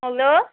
hello